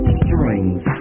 strings